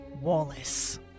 ...Wallace